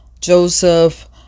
Joseph